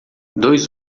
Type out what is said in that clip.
dois